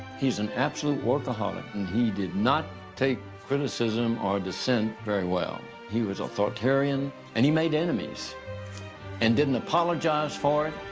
he was an absolute workaholic, and he did not take criticism or dissent very well. he was authoritarian, and he made enemies and didn't apologize for it.